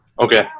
okay